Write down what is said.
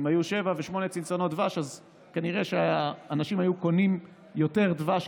אם היו שבע ושמונה צנצנות דבש אז כנראה שהאנשים היו קונים יותר דבש,